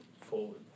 forward